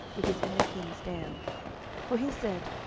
which is in the king's dale for he said,